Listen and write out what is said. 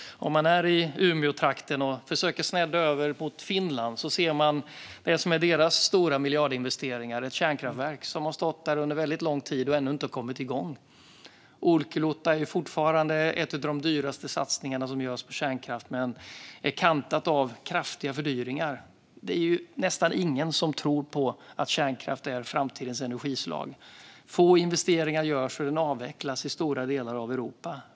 Om man är i Umeåtrakten och försöker snedda över mot Finland ser man en av deras stora miljardinvesteringar, ett kärnkraftverk som har stått där under väldigt lång tid och ännu inte har kommit igång. Olkiluoto är fortfarande en av de dyraste satsningar som görs på kärnkraft men är kantat av kraftiga fördyringar. Det är ju nästan ingen som tror på att kärnkraft är framtidens energislag. Få investeringar görs, och den avvecklas i stora delar av Europa.